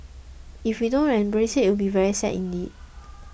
if we don't embrace it it'll be very sad indeed